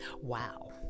Wow